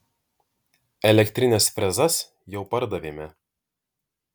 elektrines frezas jau pardavėme